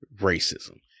racism